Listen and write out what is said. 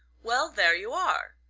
well, there you are.